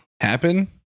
Happen